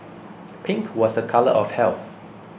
pink was a colour of health